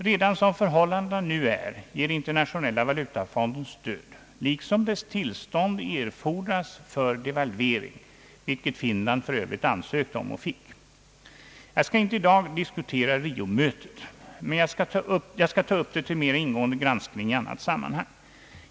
Redan som förhållandena nu är ger Internationella valutafonden stöd liksom dess tillstånd erfordras för devalvering, vilket Finland för övrigt ansökte om och fick tillstånd till. Jag skall i dag inte diskutera Riomötet; jag skall ta upp det till mer ingående granskning i annat sammanhang.